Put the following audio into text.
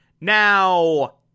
Now